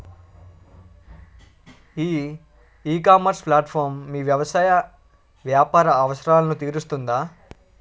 ఈ e-commerce platform మీ వ్యవసాయ వ్యాపార అవసరాలను తీరుస్తుందా?